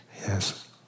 Yes